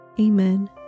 Amen